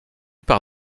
par